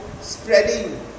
spreading